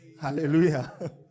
Hallelujah